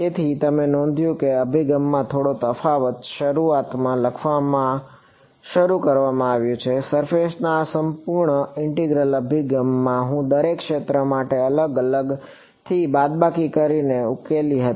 તેથી તમે નોંધ્યું છે કે અભિગમમાં થોડો તફાવત શરૂઆતમાં લખવાનું શરૂ કરવામાં આવ્યું છે સરફેસ ના સંપૂર્ણ ઇન્ટિગ્રલ અભિગમમાં હું દરેક ક્ષેત્ર માટે અલગથી અલગથી બાદબાકી કરીને ઉકેલી હતી